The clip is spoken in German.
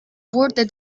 wurde